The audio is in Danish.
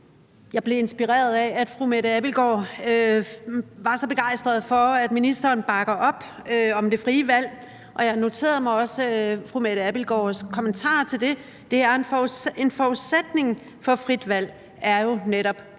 Jeg blev inspireret af, at fru Mette Abildgaard var så begejstret for, at ministeren bakker op om det frie valg, og jeg noterede mig også fru Mette Abildgaards kommentar til det: En forudsætning for frit valg er jo netop